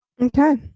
Okay